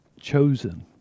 chosen